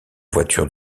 voiture